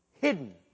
hidden